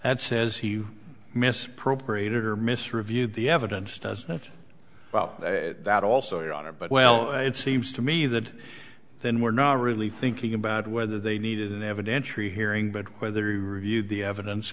that says he misappropriated or miss reviewed the evidence does nothing about that also your honor but well it seems to me that then we're not really thinking about whether they needed an evidentiary hearing but whether he reviewed the evidence